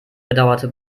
bedauerte